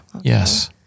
Yes